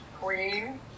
Queen